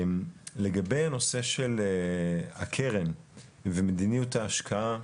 לגבי הנושא של הקרן ומדיניות ההשקעה,